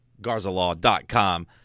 GarzaLaw.com